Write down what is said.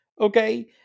okay